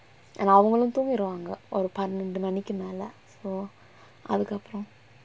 and அவங்களும் தூங்கிரு வாங்க ஒரு பன்னண்டு மணிக்கு மேல:avangalum thoongiru vaanga oru pannandu manikku mela so அதுக்கப்பறம்:athukkapparam